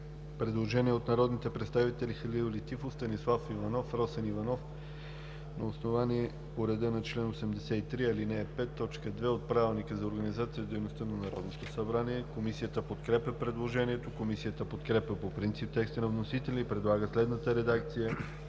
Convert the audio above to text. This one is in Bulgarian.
предложение от народните представители Халил Летифов, Станислав Иванов и Росен Иванов по реда на чл. 83, ал. 5, т. 2 от Правилника. Комисията подкрепя предложението. Комисията подкрепя по принцип текста на вносителя и предлага следната редакция